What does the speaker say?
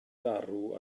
garw